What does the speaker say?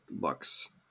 looks